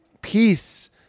peace